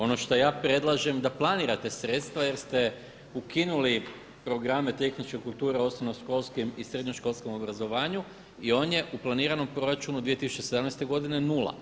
Ono što ja predlažem da planirate sredstva zato jer ste ukinuli programe tehničke kulture u osnovnoškolskim i srednjoškolskom obrazovanju i on je u planiranom proračunu 2017. godine nula.